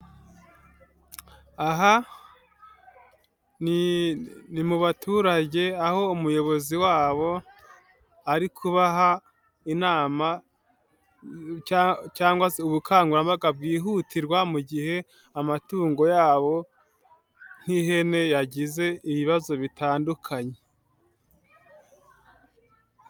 Aha ni mu baturage aho umuyobozi wabo ari kubaha inama cyangwa ubukangurambaga bwihutirwa mu gihe amatungo yabo, nk' ihene yagize ibibazo bitandukanye.